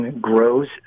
grows